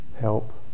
help